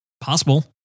possible